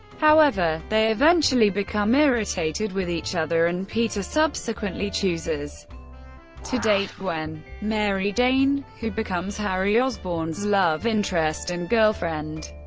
however, they eventually become irritated with each other and peter subsequently chooses to date gwen. mary jane, who becomes harry osborn's love interest and girlfriend,